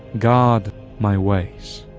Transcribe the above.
guard my ways.